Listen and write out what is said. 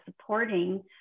supporting